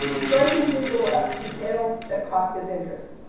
striking visual details, that caught his interest.